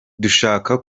dushaka